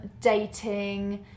dating